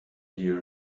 here